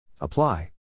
Apply